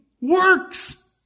works